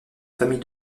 famille